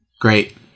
Great